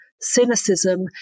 cynicism